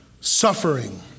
Suffering